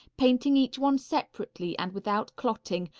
painting each one separately and without clotting,